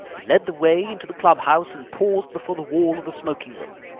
he led the way into the club-house, and paused before the wall of the smoking-room.